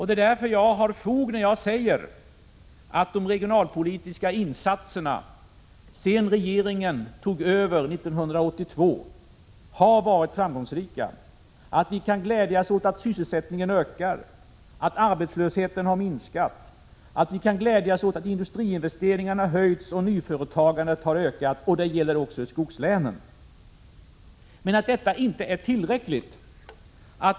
Det är därför jag har fog för mitt påståeende att de regionalpolitiska insatserna, sedan regeringen tog över 1982, har varit framgångsrika, att vi kan glädjas åt att sysselsättningen ökar, att arbetslösheten har minskat, att vi kan glädjas åt att industriinvesteringarna höjts och nyföretagandet har ökat. Det gäller också i skogslänen. Men detta är inte tillräckligt.